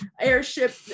airship